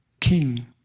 king